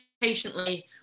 patiently